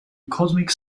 cosmic